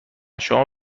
شما